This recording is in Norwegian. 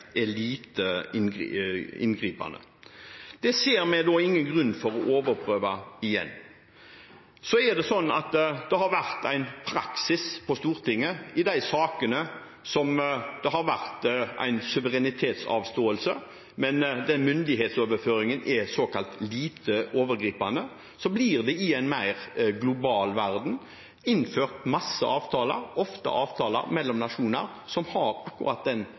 inngripende. Det ser vi ingen grunn til å overprøve. Så er det slik at det har vært en praksis på Stortinget i de sakene der det har vært en suverenitetsavståelse, men den myndighetsoverføringen er såkalt lite overgripende. Og så blir det i en mer global verden innført mange avtaler – ofte avtaler mellom nasjoner – som har akkurat den